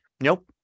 Nope